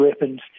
weapons